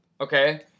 okay